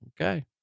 Okay